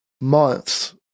months